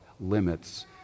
limits